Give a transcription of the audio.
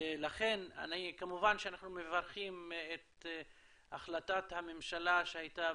כמובן שאנחנו מברכים את החלטת הממשלה שהייתה